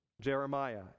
Jeremiah